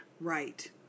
Right